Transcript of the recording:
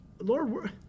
Lord